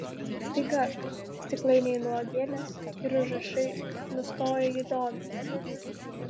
staiga stiklainiai nuo uogienės ir užrašai nustojo jį dominę